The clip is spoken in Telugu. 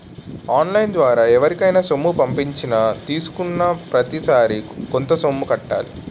ఆన్ లైన్ ద్వారా ఎవరికైనా సొమ్ము పంపించినా తీసుకున్నాప్రతిసారి కొంత సొమ్ము కట్టాలి